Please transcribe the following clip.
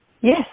Yes